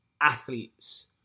athletes